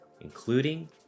including